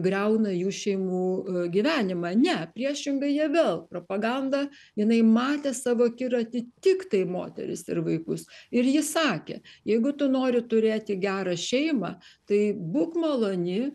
griauna jų šeimų gyvenimą ne priešingai jie vėl propaganda jinai matė savo akiraty tiktai moteris ir vaikus ir ji sakė jeigu tu nori turėti gerą šeimą tai būk maloni